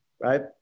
Right